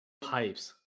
Pipes